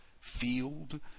field